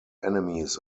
enemies